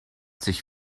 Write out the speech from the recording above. sich